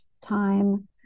time